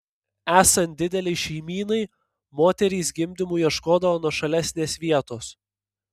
esant didelei šeimynai moterys gimdymui ieškodavo nuošalesnės vietos